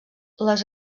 les